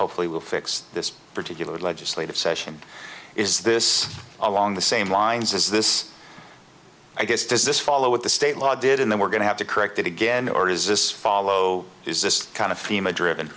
hopefully will fix this particular legislative session is this along the same lines as this i guess does this follow what the state law did and then we're going to have to correct it again or is this follow is this kind of prima driven